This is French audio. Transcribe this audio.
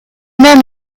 même